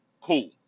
Cool